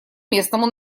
местному